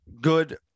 good